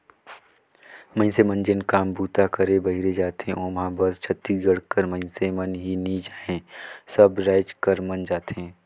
मइनसे मन जेन काम बूता करे बाहिरे जाथें ओम्हां बस छत्तीसगढ़ कर मइनसे मन ही नी जाएं सब राएज कर मन जाथें